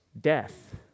death